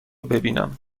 ببینم